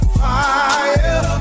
fire